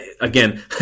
again